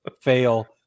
fail